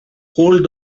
hold